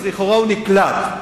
אז לכאורה הוא נקלט.